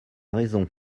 raison